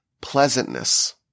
pleasantness